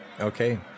Okay